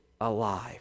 alive